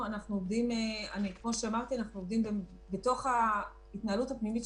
אנחנו כרגע נתנו את ההתאמה הזו